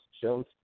shows